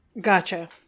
Gotcha